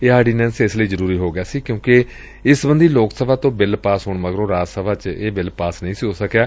ਇਹ ਆਰਡੀਨੈਂਸ ਇਸ ਲਈ ਜ਼ਰੂਰੀ ਹੋ ਗਿਆ ਸੀ ਕਿਉਂਕਿ ਇਸ ਸਬੰਧੀ ਲੋਕ ਸਭਾ ਤੋਂ ਬਿੱਲ ਪਾਸ ਹੋਣ ਮਗਰੋ ਰਾਜ ਸਭਾ ਚ ਪਾਸ ਨਹੀ ਸੀ ਹੋ ਸਕਿਆ